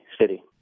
city